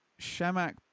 Shamak